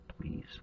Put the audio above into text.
please